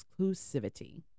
exclusivity